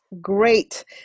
Great